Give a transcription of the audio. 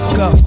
go